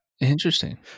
Interesting